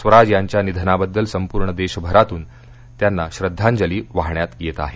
स्वराज यांच्या निधनाबद्दल संपूर्ण देशभरातून त्यांना श्रद्धांजली वाहण्यात येत आहे